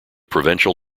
provincial